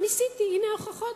ניסיתי, הנה ההוכחות,